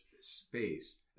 space